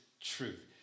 truth